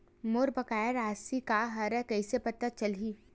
मोर बकाया राशि का हरय कइसे पता चलहि?